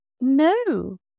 no